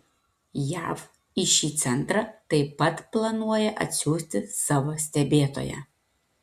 jav į šį centrą taip pat planuoja atsiųsti savo stebėtoją